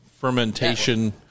fermentation